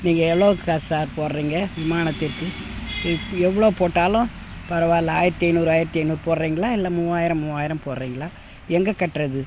நீங்கள் எவ்வளோக்கு க சார் போடுறீங்க விமானத்திற்கு இத் எவ்வளோ போட்டாலும் பரவாயில்லை ஆயிரத்தி ஐந்நூறு ஆயிரத்தி ஐந்நூறு போடுறீங்களா இல்லை மூவாயிரம் மூவாயிரம் போடுறீங்களா எங்கே கட்டுறது